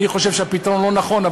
אני חושב שהפתרון לא נכון,